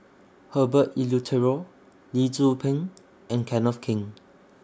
Herbert Eleuterio Lee Tzu Pheng and Kenneth Keng